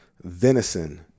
venison